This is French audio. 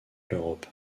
l’europe